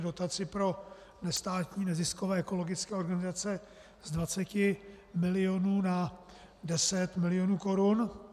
dotaci pro nestátní neziskové ekologické organizace z 20 milionů na 10 milionů korun.